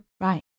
Right